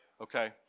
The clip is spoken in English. Okay